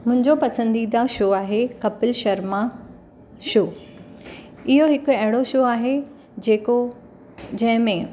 मुंहिंजो पसंदीदा शो आहे कपिल शर्मा शो इहो हिकु अहिड़ो शो आहे जेको जंहिं में